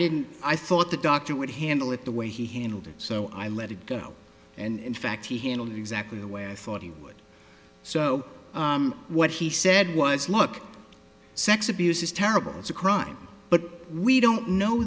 didn't i thought the doctor would handle it the way he handled it so i let it go and in fact he handled it exactly the way i thought he would so what he said was look sex abuse is terrible it's a crime but we don't know